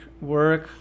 work